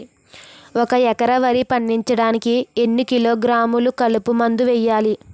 ఒక ఎకర వరి పండించటానికి ఎన్ని కిలోగ్రాములు కలుపు మందు వేయాలి?